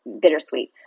bittersweet